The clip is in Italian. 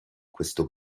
questo